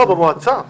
במועצה.